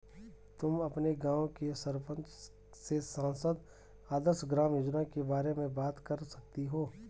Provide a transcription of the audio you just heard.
तुम अपने गाँव के सरपंच से सांसद आदर्श ग्राम योजना के बारे में बात कर सकती हो